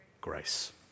grace